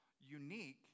unique